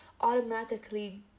automatically